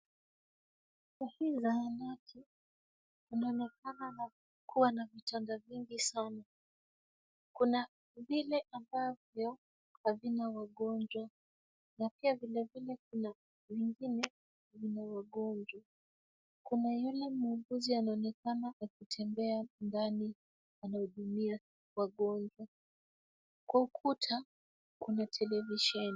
Kwa hii zahanati, kunaonekana kuwa na vitanda vingi sana. Kuna vile ambavyo havina wagonjwa na pia vilevile kuna vingine vina wagonjwa. Kuna yule muuguzi anaonekana akitembea ndani anahudumia wagonjwa. Kwa ukuta kuna televisheni.